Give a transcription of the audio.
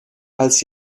als